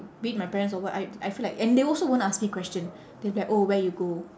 be it my parents or what I I feel like and they also won't ask me question they'll be like oh where you go